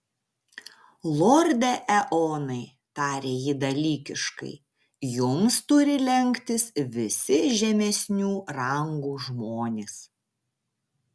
lorde eonai tarė ji dalykiškai jums turi lenktis visi žemesnių rangų žmonės